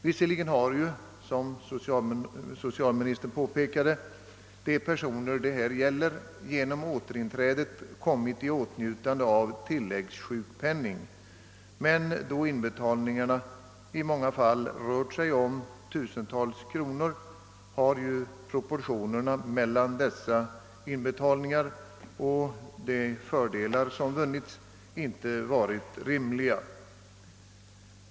Visserligen har, som socialministern påpekat, de personer det här gäller genom återinträdet kommit i åtnjutande av tilläggssjukpenning, men då inbetalningarna i många fall har rört sig om tusentals kronor har proportionerna mellan gjorda inbetalningar och de fördelar som vunnits inte blivit rimliga.